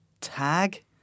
Tag